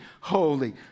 holy